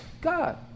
God